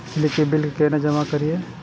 बिजली के बिल केना जमा करिए?